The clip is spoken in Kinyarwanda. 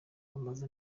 bamaze